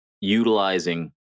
utilizing